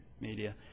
media